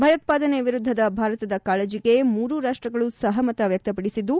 ಭಯೋತ್ಪಾದನೆ ವಿರುದ್ದದ ಭಾರತದ ಕಾಳಜಿಗೆ ಮೂರೂ ರಾಷ್ಟಗಳು ಸಹಮತ ವ್ಯಕ್ತಪಡಿಸಿದ್ದು